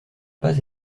pas